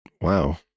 wow